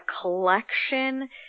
collection